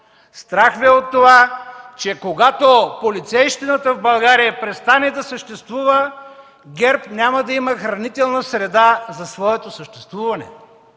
Страх Ви е от това, че когато полицейщината в България престане да съществува, ГЕРБ няма да има хранителна среда за своето съществуване,